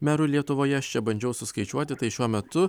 merų lietuvoje aš čia bandžiau suskaičiuoti tai šiuo metu